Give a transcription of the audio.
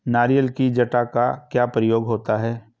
नारियल की जटा का क्या प्रयोग होता है?